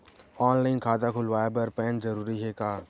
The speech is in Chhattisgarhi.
ऑनलाइन खाता खुलवाय बर पैन जरूरी हे का?